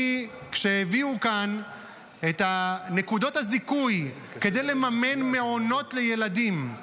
כשהביאו כאן את נקודות הזיכוי כדי לממן מעונות לילדים,